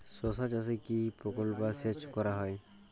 শশা চাষে কি স্প্রিঙ্কলার জলসেচ করা যায়?